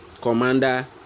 commander